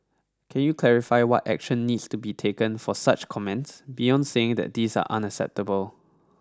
can you clarify what action needs to be taken for such comments beyond saying that these are unacceptable